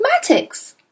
mathematics